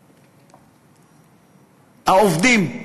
העובדים,